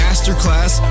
Masterclass